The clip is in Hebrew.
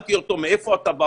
שאלתי אותו: מאיפה אתה בא?